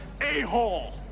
A-hole